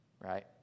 Right